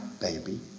baby